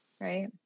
right